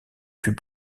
fut